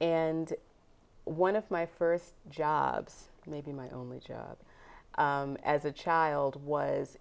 and one of my first jobs maybe my only job as a child was